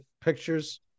pictures